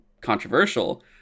controversial